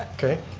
okay.